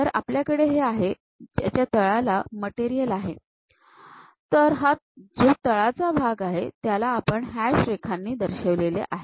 तर आपल्याकडे हे आहे याच्या तळाला मटेरियल आहे तर हा जो तळाचा भाग आहे त्याला आपण हॅश रेखांनी दर्शविले आहे